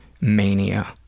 mania